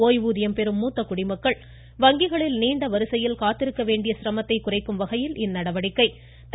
ஓய்வூதியம் பெறும் மூத்த குடிமக்கள் வங்கிகளில் நீண்ட வரிசையில் காத்திருக்க வேண்டிய சிரமத்தை குறைக்கும் வகையில் இந்நடவடிக்கை எடுக்கப்பட்டுள்ளது